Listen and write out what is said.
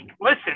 listen